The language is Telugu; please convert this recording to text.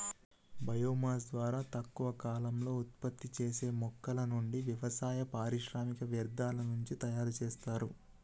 బయో మాస్ ద్వారా తక్కువ కాలంలో ఉత్పత్తి చేసే మొక్కల నుండి, వ్యవసాయ, పారిశ్రామిక వ్యర్థాల నుండి తయరు చేస్తారు